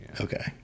Okay